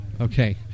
Okay